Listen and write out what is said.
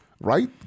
right